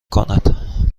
کند